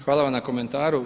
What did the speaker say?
Hvala vam na komentaru.